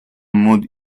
mode